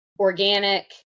organic